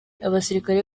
abasirikare